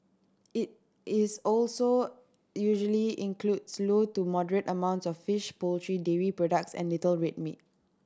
it is also usually includes low to moderate amounts of fish poultry dairy products and little red meat